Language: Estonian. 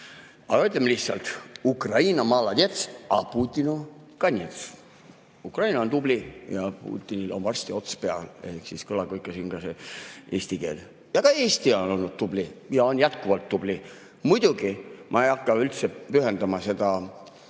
edasi. Ütleme lihtsalt:Ukraina molodets, a Putinu konets. Ukraina on tubli ja Putinil on varsti ots peal. Ehk siis kõlagu ikka siin eesti keel. Ja ka Eesti on olnud tubli ja on jätkuvalt tubli. Muidugi, ma ei hakka üldse pühendama seda